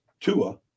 Tua